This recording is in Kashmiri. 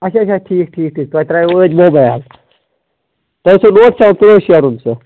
اَچھا اَچھا ٹھیٖک ٹھیٖک تُہۍ ترٛٲیو ٲدۍ موبایل تُہۍ اوسوٕ شیرُن سُہ